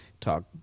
talk